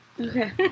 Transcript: Okay